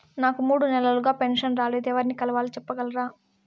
నాకు మూడు నెలలుగా పెన్షన్ రాలేదు ఎవర్ని కలవాలి సెప్పగలరా?